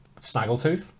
snaggletooth